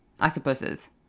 octopuses